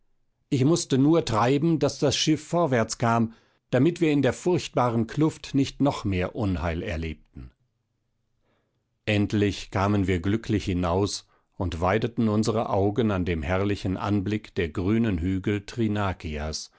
ich mußte nur treiben daß das schiff vorwärts kam damit wir in der furchtbaren kluft nicht noch mehr unheil erlebten endlich kamen wir glücklich hinaus und wendeten unsere augen an dem herrlichen anblick der grünen hügel